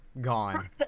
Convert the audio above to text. Gone